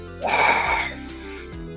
Yes